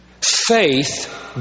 faith